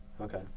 Okay